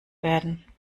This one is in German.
werden